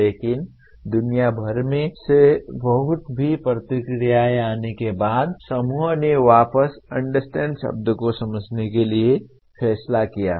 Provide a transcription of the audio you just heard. लेकिन दुनिया भर से बहुत सी प्रतिक्रियाएं आने के बाद वे समूह ने वापस अंडरस्टैंड शब्द को समझने के लिए फैसला किया हैं